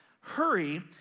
Hurry